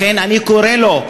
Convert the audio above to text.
לכן אני קורא לו,